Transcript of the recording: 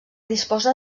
disposa